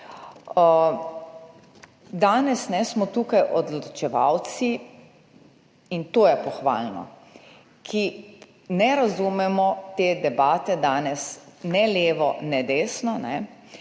Danes smo tukaj odločevalci, in to je pohvalno, ki ne razumemo te debate ne levo ne desno,